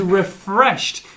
refreshed